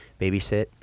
babysit